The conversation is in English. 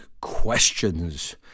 questions